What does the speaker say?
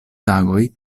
tagoj